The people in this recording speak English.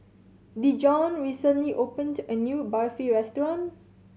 Dejon recently opened a new Barfi restaurant